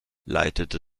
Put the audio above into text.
leitete